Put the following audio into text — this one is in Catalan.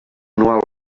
manual